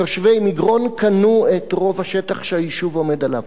תושבי מגרון קנו את רוב השטח שהיישוב עומד עליו,